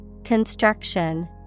Construction